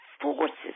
forces